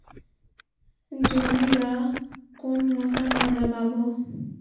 जोणी ला कोन मौसम मा लगाबो?